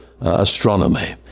astronomy